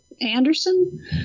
Anderson